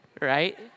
Right